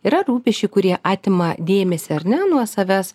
yra rūpesčių kurie atima dėmesį ar ne nuo savęs